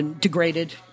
degraded